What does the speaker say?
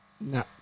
No